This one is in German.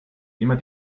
immer